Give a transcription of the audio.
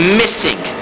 missing